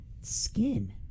skin